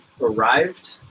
arrived